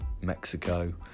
Mexico